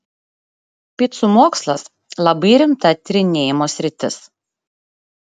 picų mokslas labai rimta tyrinėjimo sritis